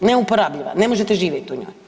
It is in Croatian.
Neuporabljiva, ne možete živjeti u njoj.